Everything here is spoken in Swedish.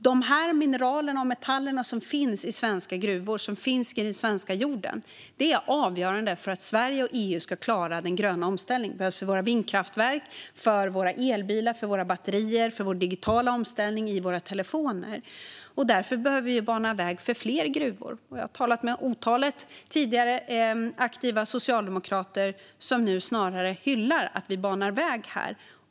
Dessa mineraler och metaller som finns i svenska gruvor och som finns i den svenska jorden är avgörande för att Sverige och EU ska klara den gröna omställningen. De behövs för våra vindkraftverk, för våra elbilar, för våra batterier och för vår digitala omställning och för våra telefoner. Därför behöver vi bana väg för fler gruvor. Jag har talat med ett otal tidigare aktiva socialdemokrater som nu snarare hyllar att vi banar väg här.